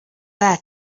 there